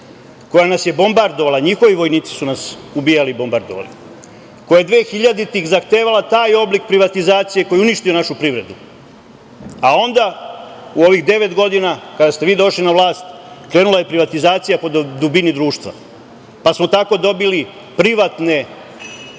koja nas je bombardovala, njihovi vojnici su nas ubijali i bombardovali, koja je 2000-ih zahtevala taj oblik privatizacije koji je uništio našu privredu. U ovih devet godina, kada ste vi došli na vlast, krenula je privatizacija po dubini društva, pa smo tako dobili privatne